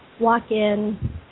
walk-in